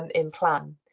um in plan.